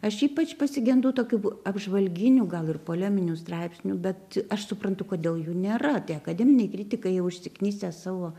aš ypač pasigendu tokių apžvalginių gal ir poleminių straipsnių bet aš suprantu kodėl jų nėra tie akademiniai kritikai jau užsiknisę savo